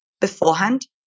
beforehand